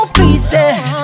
pieces